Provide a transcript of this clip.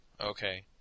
okay